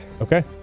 Okay